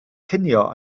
cinio